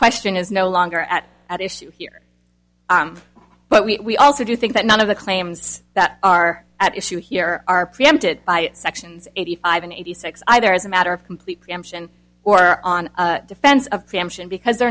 question is no longer at at issue here but we also do think that none of the claims that are at issue here are preempted by sections eighty five and eighty six either as a matter of complete preemption or on defense of preemption because they